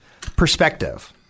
Perspective